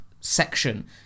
section